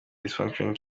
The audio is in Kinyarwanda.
dysfunction